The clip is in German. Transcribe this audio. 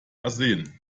arsen